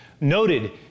noted